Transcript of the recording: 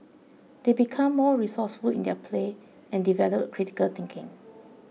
they become more resourceful in their play and develop critical thinking